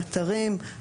אתרים,